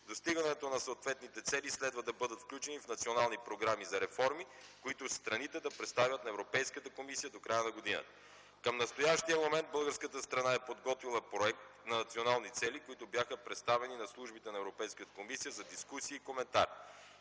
Достигането на съответните цели следва да бъдат включени в национални програми за реформи, които страните да представят на Европейската комисия до края на година. Към настоящия момент българската страна е подготвила проект на национални цели, които бяха представени на службите на Европейската комисия за дискусии и коментари.